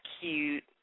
cute